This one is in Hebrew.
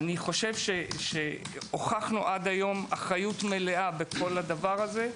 אני חושב שהוכחנו עד היום אחריות מלאה בכל הדבר הזה,